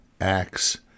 acts